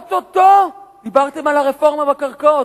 או-טו-טו, דיברתם על הרפורמה בקרקעות.